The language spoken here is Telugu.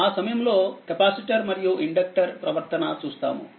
ఆ సమయంలో కెపాసిటర్ మరియు ఇండక్టర్ ప్రవర్తన చూస్తాము